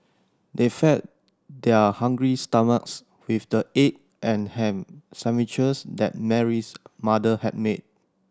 they fed their hungry stomachs with the egg and ham sandwiches that Mary's mother had made